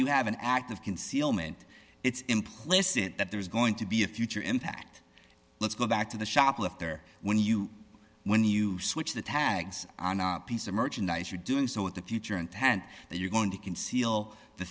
you have an act of concealment it's implicit that there is going to be a future impact let's go back to the shoplifter when you when you switch the tags on a piece of merchandise you're doing so with the future and hand that you're going to conceal the